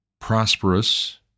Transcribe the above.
prosperous